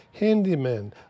handymen